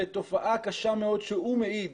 ותופעה קשה מאוד שהוא מעיד